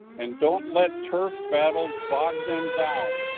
and don't let turf battles bog them down,